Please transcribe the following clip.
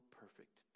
perfect